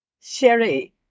Sherry